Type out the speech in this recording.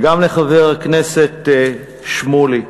וגם לחבר כנסת שמולי,